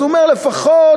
אז הוא אומר: לפחות,